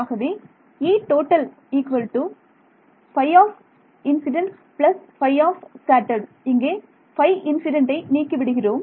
ஆகவே Etotal ϕinc ϕscat இங்கே ϕinc நீக்கி விடுகிறோம்